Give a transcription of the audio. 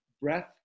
breath